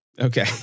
Okay